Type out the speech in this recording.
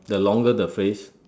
the longer the phrase